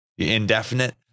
indefinite